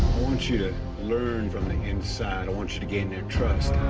want you to learn from the inside. i want you to gain their trust.